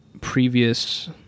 previous